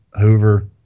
Hoover